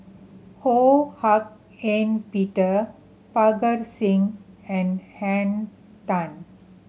Ho Hak Ean Peter Parga Singh and Henn Tan